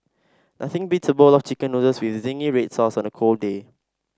nothing beats a bowl of chicken noodles with zingy red sauce on a cold day